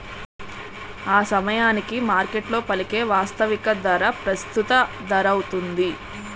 ఆసమయానికి మార్కెట్లో పలికే వాస్తవిక ధర ప్రస్తుత ధరౌతుంది